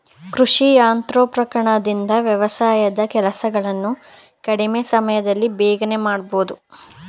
ಕೃಷಿ ಯಂತ್ರೋಪಕರಣಗಳಿಂದ ವ್ಯವಸಾಯದ ಕೆಲಸಗಳನ್ನು ಕಡಿಮೆ ಸಮಯದಲ್ಲಿ ಬೇಗನೆ ಮಾಡಬೋದು